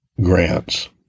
grants